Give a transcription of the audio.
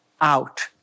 out